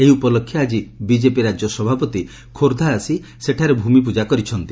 ଏହି ଉପଲକ୍ଷେ ଆଜି ବିଜେପି ରାକ୍ୟ ସଭାପତି ଖୋର୍ବ୍ ଆସି ସେଠାରେ ଭୂମିପୂଜା କରିଛନ୍ତି